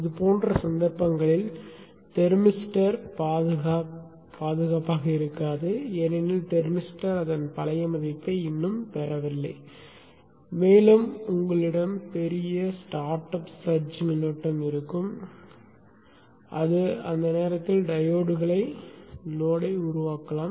இதுபோன்ற சந்தர்ப்பங்களில் தெர்மிஸ்டர் பாதுகாக்காது ஏனெனில் தெர்மிஸ்டர் அதன் பழைய மதிப்பை இன்னும் பெறவில்லை மேலும் உங்களிடம் பெரிய ஸ்டார்ட்அப் சர்ஜ் மின்னோட்டம் இருக்கும் அது அந்த நேரத்தில் டையோட்களை லோடை உருவாக்காலம்